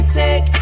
take